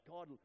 God